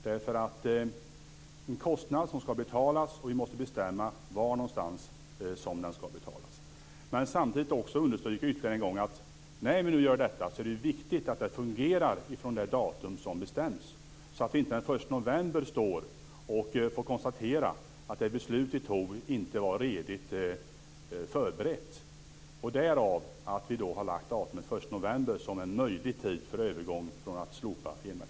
Detta är en kostnad som skall betalas, och vi måste bestämma var någonstans den skall betalas. Samtidigt vill jag ytterligare en gång understryka att när vi nu gör detta är det viktigt att det fungerar från det datum som bestäms, så att vi inte den 1 november tvingas konstatera att det beslut vi fattade inte var redigt förberett. Det är därför vi har valt datumet den 1 november som en möjlig tidpunkt för en övergång från elmätarkravet.